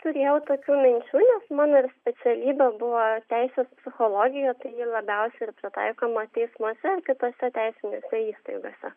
turėjau tokių minčių nes mano specialybė buvo teisės psichologija kuri labiausiai ir pritaikoma teismuose ar kitose teisinėse įstaigose